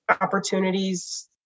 opportunities